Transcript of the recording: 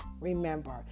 Remember